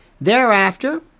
Thereafter